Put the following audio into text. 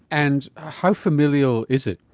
and how familial is it?